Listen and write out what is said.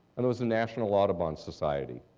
and it was the national audubon society.